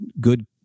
good